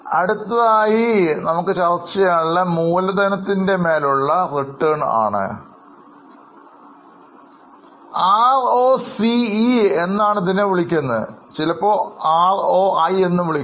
അടുത്തതായി പറയാനുള്ളത് അത് മൂലധനത്തിലേക്കുള്ള റിട്ടേൺ ആണ് ROCE എന്നറിയപ്പെടുന്നു അല്ലെങ്കിൽ ചിലപ്പോൾ ROI എന്ന് വിളിക്കുന്നു